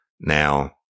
Now